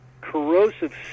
corrosive